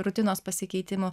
rutinos pasikeitimu